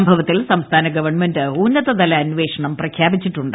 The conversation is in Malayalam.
സംഭവത്തിൽ സംസ്ഥാന ഗവൺമെന്റ് ഉന്നതതല അന്വേഷണം പ്രഖ്യാപിച്ചിട്ടുണ്ട്